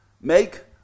Make